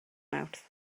mawrth